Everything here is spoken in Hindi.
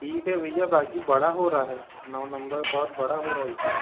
ठीक है भैया बाकी बड़ा हो रहा है नौ नंबर बहुत बड़ा हो रहा है इसमें